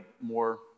more